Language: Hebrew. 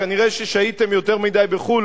כנראה שהיתם יותר מדי בחו"ל,